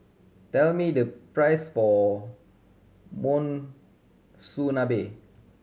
tell me the price for Monsunabe